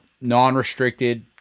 non-restricted